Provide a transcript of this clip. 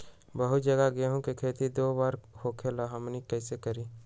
बहुत जगह गेंहू के खेती दो बार होखेला हमनी कैसे करी?